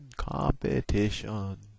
Competition